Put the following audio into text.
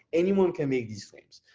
anyone can make these claims,